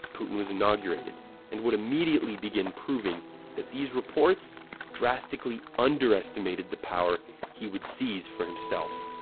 putin was inaugurated and would immediately begin proving that these reports drastically underestimated the power he would seize for himself.